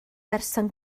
berson